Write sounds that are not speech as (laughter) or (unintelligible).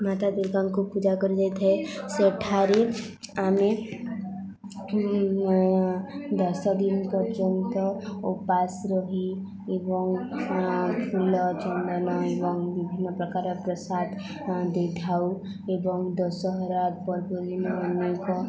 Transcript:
ମାତା ଦୂର୍ଗାଙ୍କୁ ପୂଜା କରାଯାଇଥାଏ ସେଠାରେ ଆମେ ଦଶଦିନ ପର୍ଯ୍ୟନ୍ତ ଉପାସ ରହି ଏବଂ ଫୁଲ ଚନ୍ଦନ ଏବଂ ବିଭିନ୍ନ ପ୍ରକାର ପ୍ରସାଦ ଦେଇଥାଉ ଏବଂ ଦଶହରା (unintelligible) ଅନେକ